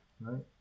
right